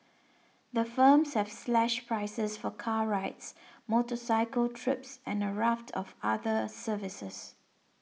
the firms have slashed prices for car rides motorcycle trips and a raft of other services